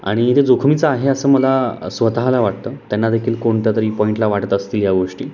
आणि जे जोखमीचं आहे असं मला स्वतःला वाटतं त्यांना देखील कोणत्यातरी पॉईंटला वाटत असतील या गोष्टी